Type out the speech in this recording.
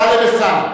טלב אלסאנע.